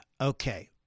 Okay